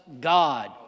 God